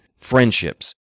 friendships